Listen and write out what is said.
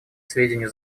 сведению